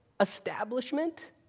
establishment